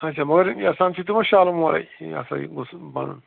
آچھا مگر یَژھان چھِ تِمہٕ شالمورَے یہ ہَسا یہِ گوٚژھ بَنُن